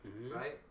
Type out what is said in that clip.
Right